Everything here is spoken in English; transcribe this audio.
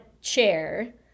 chair